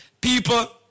People